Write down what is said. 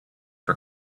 for